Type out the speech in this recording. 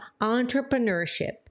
entrepreneurship